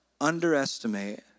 underestimate